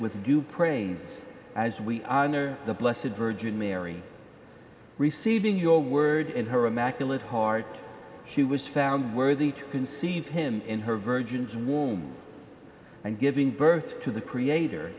with you praise as we honor the blessid virgin mary receiving your word in her immaculate heart she was found worthy to conceive him in her virgins warm and giving birth to the creator